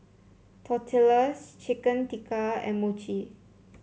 Tortillas Chicken Tikka and Mochi